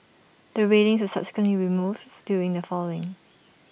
the railings subsequently removed doing the following